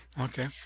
Okay